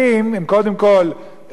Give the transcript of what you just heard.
הם קודם כול מפגינים,